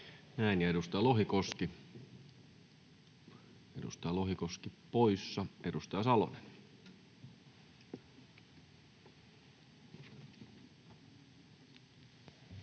edustaja Lohikoski poissa. — Edustaja Salonen.